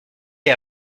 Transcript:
est